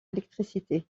électricité